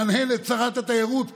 מהנהנת שרת התיירות בראשה,